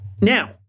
Now